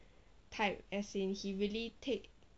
type as in he really take